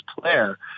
player